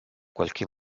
qualche